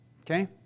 Okay